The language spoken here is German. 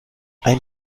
ein